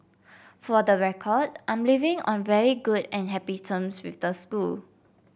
for the record I'm leaving on very good and happy terms with the school